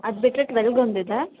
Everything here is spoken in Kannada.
ಅದು ಬಿಟ್ಟರೆ ಟ್ವೆಲ್ಗೆ ಒಂದಿದೆ